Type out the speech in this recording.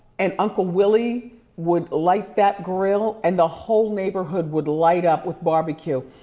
and uncle willy would light that grill and the whole neighborhood would light up with barbecue.